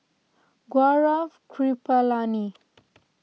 Gaurav Kripalani